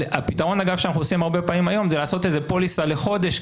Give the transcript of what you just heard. הפתרון אגב שאנחנו עושים הרבה פעמים היום זה לעשות פוליסה לחודש,